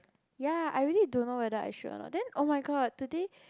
ya I really don't know whether I should or not then oh-my-god today